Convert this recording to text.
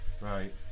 Right